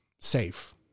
safe